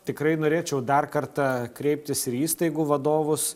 tikrai norėčiau dar kartą kreiptis į įstaigų vadovus